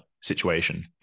situation